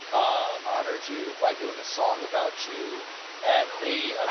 honored you by doing a song about you at the